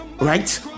right